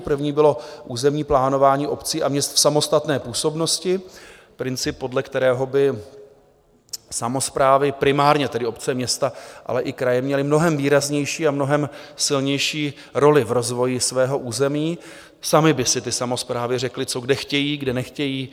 První bylo územní plánování obcí a měst v samostatné působnosti, princip, podle kterého by samosprávy, primárně tedy obce, města, ale i kraje, měly mnohem výraznější a mnohem silnější roli v rozvoji svého území, samy by si ty samosprávy řekly, co kde chtějí, kde nechtějí.